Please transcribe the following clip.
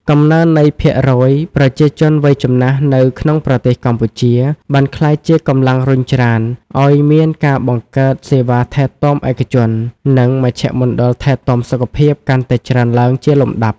កំណើននៃភាគរយប្រជាជនវ័យចំណាស់នៅក្នុងប្រទេសកម្ពុជា បានក្លាយជាកម្លាំងរុញច្រានឱ្យមានការបង្កើតសេវាថែទាំឯកជន និងមជ្ឈមណ្ឌលថែទាំសុខភាពកាន់តែច្រើនឡើងជាលំដាប់។